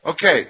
Okay